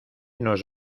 nos